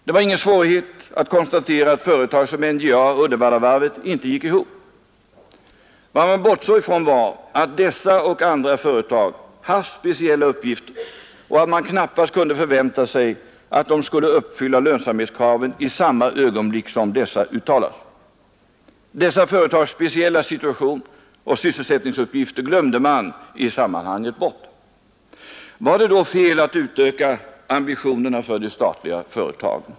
Det var ingen svårighet att konstatera att företag som NJA och Uddevallavarvet inte gick ihop. Vad man bortsåg från var att dessa och 29 andra företag haft speciella uppgifter och att man knappast kunde förvänta sig att de skulle uppfylla lönsamhetskraven i samma ögonblick som dessa uttalats. Dessa företags speciella situation och sysselsättningsuppgifter glömde man i sammanhanget bort. Var det då fel att utöka ambitionerna för de statliga företagen?